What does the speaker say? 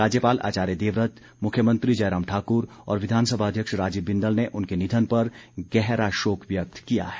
राज्यपाल आचार्य देवव्रत मुख्यमंत्री जयराम ठाकुर और विधानसभा अध्यक्ष राजीव बिंदल ने उनके निधन पर गहरा शोक व्यक्त किया है